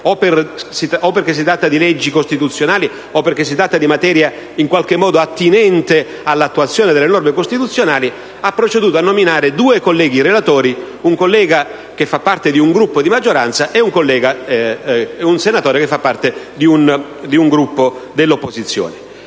(o perché si tratta di leggi costituzionali o perché si tratta di materia attinente all'attuazione delle norme costituzionali), ha proceduto a nominare due colleghi relatori: un senatore che fa parte di un Gruppo di maggioranza e un senatore che fa parte di un Gruppo dell'opposizione.